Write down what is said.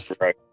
right